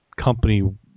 company